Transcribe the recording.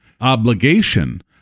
obligation